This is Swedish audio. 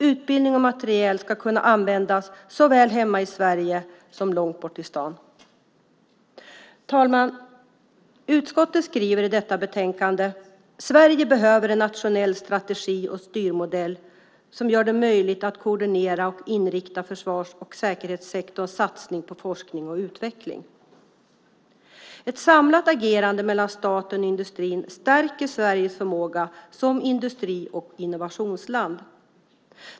Utbildning och materiel ska kunna användas här hemma i Sverige och Långtbortistan. Herr talman! Utskottet skriver i detta utlåtande: "Sverige behöver en nationell strategi och styrmodell som gör det möjligt att koordinera och inrikta försvars och säkerhetssektorns satsning på forskning och utveckling. Ett samlat agerande mellan staten och industrin stärker Sveriges förmåga som industri och innovationsland.